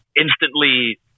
instantly